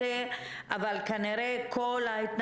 כוח יחיד לשר הרווחה כדי למנוע ביקורים של הורים היא בלתי